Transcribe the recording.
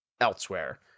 elsewhere